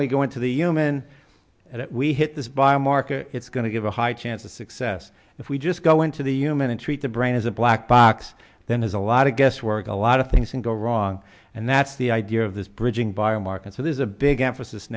we go into the human at it we hit this biomarker it's going to give a high chance of success if we just go into the human and treat the brain as a black box that has a lot of guesswork a lot of things can go wrong and that's the idea of this bridging bio mark and so there's a big emphasis